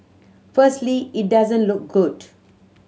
firstly it doesn't look good